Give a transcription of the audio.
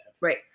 Right